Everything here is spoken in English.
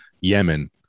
Yemen